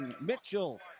Mitchell